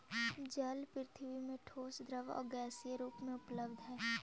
जल पृथ्वी में ठोस द्रव आउ गैसीय रूप में उपलब्ध हई